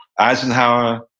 eisenhower,